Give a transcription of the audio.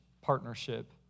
partnership